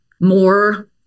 more